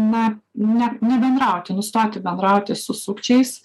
na ne nebendrauti nustoti bendrauti su sukčiais